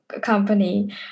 company